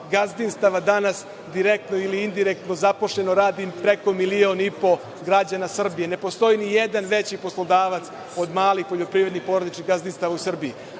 gazdinstava danas direktno ili indirektno zaposleno, radi preko milion i po građana Srbije. Ne postoji ni jedan veći poslodavac od malih poljoprivrednih porodičnih gazdinstava u Srbiji,